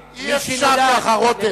אי-אפשר ככה, חבר הכנסת רותם.